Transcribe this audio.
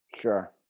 Sure